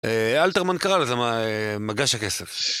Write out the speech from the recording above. אלתרמן קרא לזה מגש הכסף